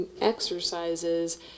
exercises